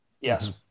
Yes